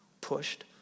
pushed